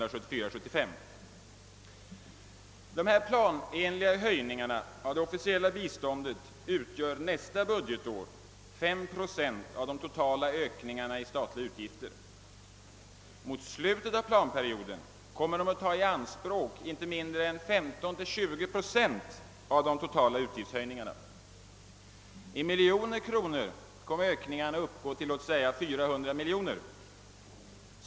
Dessa planenliga höjningar av det officiella biståndet utgör för nästa budgetår 5 procent av de totala ökningarna i statliga utgifter. Mot slutet av planperioden kommer de att ta i anspråk inte mindre än 15—20 procent av de totala utgiftshöjningarna. I miljoner kronor kommer ökningarna att uppgå till, låt oss säga, 400 miljoner kronor.